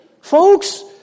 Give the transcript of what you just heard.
Folks